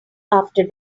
after